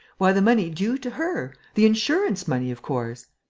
why, the money due to her! the insurance-money, of course!